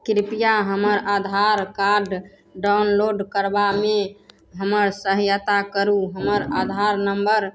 कृपया हमर आधारकार्ड डाउनलोड करबामे हमर सहायता करू हमर आधार नम्बर